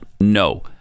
No